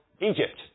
Egypt